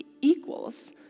equals